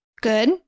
Good